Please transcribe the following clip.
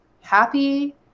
happy